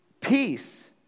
peace